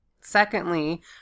Secondly